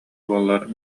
буоллар